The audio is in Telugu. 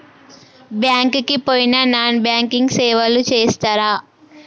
బ్యాంక్ కి పోయిన నాన్ బ్యాంకింగ్ సేవలు చేస్తరా?